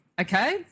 Okay